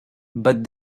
but